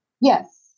Yes